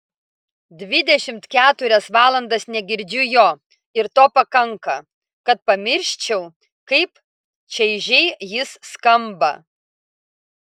dvidešimt keturias valandas negirdžiu jo ir to pakanka kad pamirščiau kaip čaižiai jis skamba